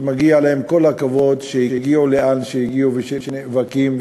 שמגיע להם כל הכבוד, שהגיעו לאן שהגיעו, ושנאבקים.